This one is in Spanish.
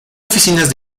oficinas